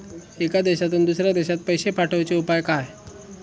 एका देशातून दुसऱ्या देशात पैसे पाठवचे उपाय काय?